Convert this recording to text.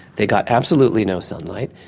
they got absolutely no sunlight,